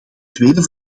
tweede